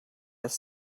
des